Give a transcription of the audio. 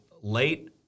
late